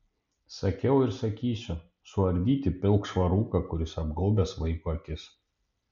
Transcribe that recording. sakiau ir sakysiu suardyti pilkšvą rūką kuris apgaubęs vaiko akis